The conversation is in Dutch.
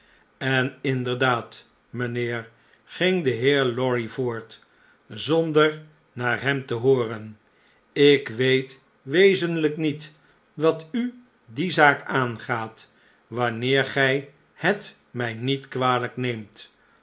en inderdaad mijnheer ging de heer lorry voort zonder naar hem te hooren ik weet wezenhjk niet wat u die zaak aangaat wanneer gjj het mij niet kwalijk neemt